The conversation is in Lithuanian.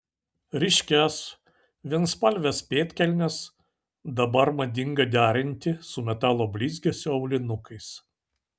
ryškias vienspalves pėdkelnes dabar madinga derinti su metalo blizgesio aulinukais